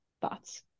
Thoughts